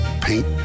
paint